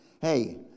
Hey